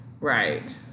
Right